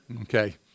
Okay